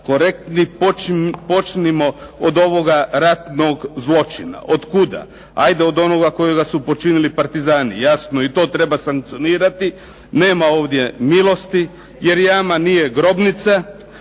korektni, počnimo od ovoga ratnog zločina. Od kuda? Ajde od onoga kojega su počinili partizani, jasno i to treba sankcionirati, nema ovdje milosti jer jama nije grobnica